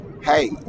hey